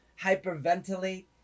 hyperventilate